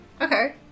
Okay